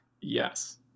Yes